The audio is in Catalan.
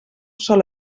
sol